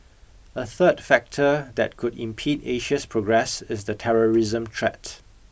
a third factor that could impede Asia's progress is the terrorism threat